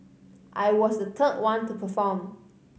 I was the third one to perform